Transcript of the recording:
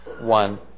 one